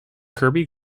kirby